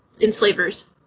enslavers